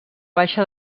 baixa